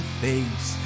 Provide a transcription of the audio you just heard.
face